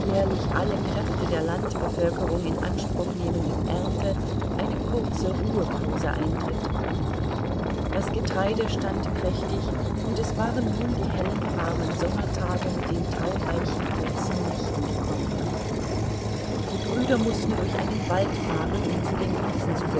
alle kräfte der landbevölkerung in anspruch nehmenden ernte eine kurze ruhepause eintritt das getreide stand prächtig und es waren nun die hellen warmen sommertage mit den taureichen kurzen nächten gekommen die brüder mußten durch einen wald fahren um zu den wiesen